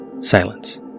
Silence